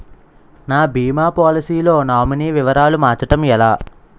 నా భీమా పోలసీ లో నామినీ వివరాలు మార్చటం ఎలా?